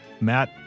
Matt